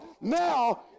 now